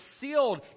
sealed